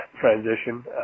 transition